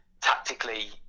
tactically